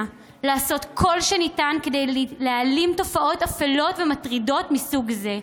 לעשות כל שניתן כדי להעלים תופעות אפלות ומטרידות מסוג זה.